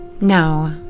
No